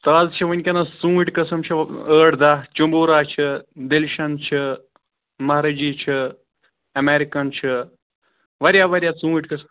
تازٕ چھِ وٕنۍکٮ۪نس ژوٗنٛٹۍ قٕسٕم چھِ ٲٹھ دَہ چٔمبوٗرہ چھِ ڈیٚلِشَن چھِ مَہرٲجی چھِ اٮ۪میرِکَن چھِ واریاہ واریاہ ژوٗنٛٹۍ قٕس